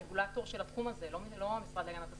הוא הרגולטור של התחום הזה ולא המשרד להגנת הסביבה,